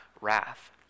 wrath